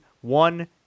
one